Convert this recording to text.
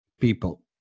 people